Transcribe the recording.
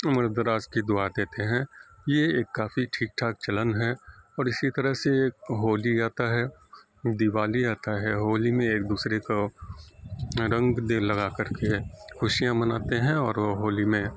عمر دراز کی دعا دیتے ہیں یہ ایک کافی ٹھیک ٹھاک چلن ہے اور اسی طرح سے ایک ہولی آتا ہے دیوالی آتا ہے ہولی میں ایک دوسرے کو رنگ دے لگا کر کے خوشیاں مناتے ہیں اور وہ ہولی میں